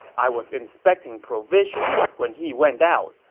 i was inspecting provisions when he went out.